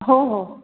हो हो